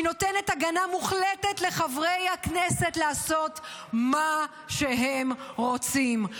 היא נותנת הגנה מוחלטת לחברי הכנסת לעשות מה שהם רוצים.